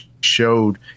showed